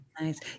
Nice